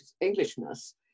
Englishness